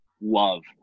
love